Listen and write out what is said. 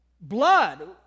blood